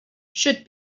should